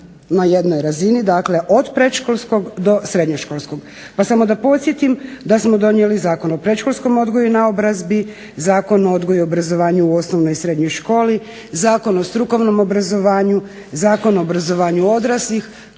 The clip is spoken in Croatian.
na jednoj razini, dakle od predškolskog do srednjoškolskog. Pa samo da podsjetim da smo donijeli Zakon o predškolskom odgoju i naobrazbi, Zakon o odgoju i obrazovanju u osnovnoj i srednjoj školi, Zakon o strukovnom obrazovanju, Zakon o obrazovanju odraslih,